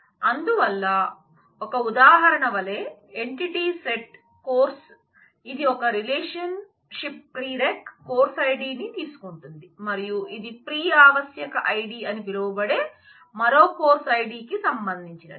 అందువల్ల ఒక ఉదాహరణ వలే ఎంటిటీ సెట్ కోర్సుని తీసుకుంటుంది మరియు ఇది ప్రీ ఆవశ్యక ఐడి అని పిలవబడే మరో కోర్సు ఐడికి సంబంధించినది